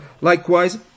Likewise